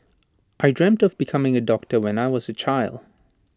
I dreamt of becoming A doctor when I was A child